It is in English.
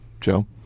Joe